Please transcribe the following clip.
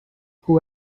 who